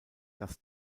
dass